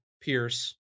Pierce